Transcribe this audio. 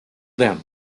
them